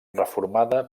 reformada